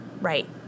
Right